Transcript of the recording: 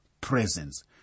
presence